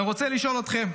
אני רוצה לשאול אתכם: